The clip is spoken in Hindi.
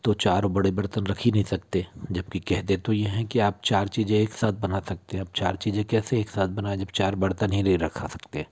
तो चार बड़े बर्तन रख ही नहीं सकते जबकि कहते तो ये हैं कि आप चार चीज़ें एक साथ बना सकते हैं अब चार चीज़ें कैसे एक साथ बनाएँ जब चार बर्तन ही नहीं रख सकते